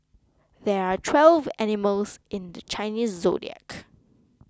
there are twelve animals in the Chinese zodiac